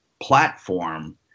platform